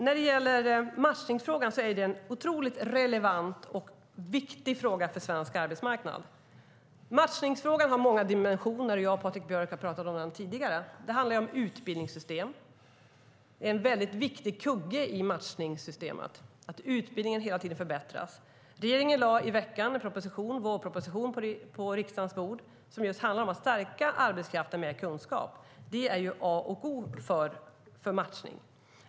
När det gäller matchningsfrågan är det en otroligt relevant och viktig fråga för svensk arbetsmarknad. Matchningsfrågan har många dimensioner. Jag och Patrik Björck har talat om den tidigare. Det handlar om utbildningssystem. Det är en väldigt viktig kugge i matchningssystemet att utbildningen hela tiden förbättras. Regeringen lade i veckan fram en vårproposition på riksdagens bord som handlar om att stärka arbetskraften med mer kunskap. Det är A och O för matchning.